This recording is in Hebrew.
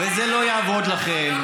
וזה לא יעבוד לכם.